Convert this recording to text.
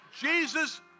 Jesus